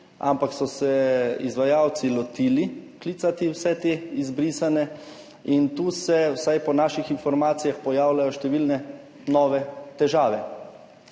ampak so se izvajalci lotili klicati vse te izbrisane. Tu se, vsaj po naših informacijah, pojavljajo številne nove težave.